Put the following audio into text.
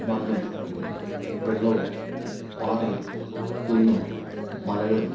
മണ്ണും വെള്ളവും പാറയും കുന്നും മലകളും